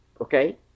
Okay